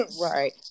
Right